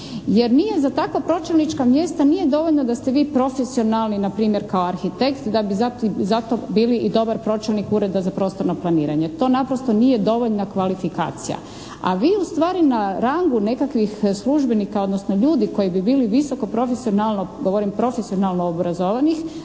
Jer nije za tako pročelnička mjesta nije dovoljno da ste vi profesionalni npr. kao arhitekt da bi zato bili i dobar pročelnik Ureda za prostorno planiranje. To naprosto nije dovoljna kvalifikacija. A vi ustvari na rangu nekakvih službenika, odnosno ljudi koji bi bili visoko profesionalno, govorim